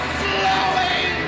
slowing